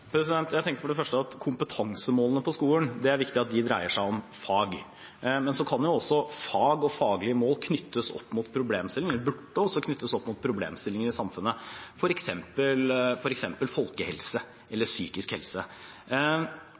Jeg tenker for det første om kompetansemålene på skolen at det er viktig at de dreier seg om fag. Men så kan jo også fag og faglige mål knyttes opp mot problemstillinger, eller burde også knyttes opp mot problemstillinger i samfunnet, f.eks. folkehelse eller psykisk helse.